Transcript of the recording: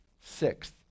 sixth